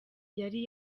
yari